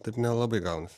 taip nelabai gaunasi